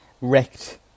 wrecked